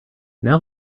now